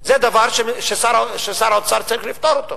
זה דבר ששר האוצר צריך לפתור אותו.